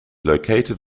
located